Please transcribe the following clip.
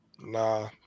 Nah